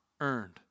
earned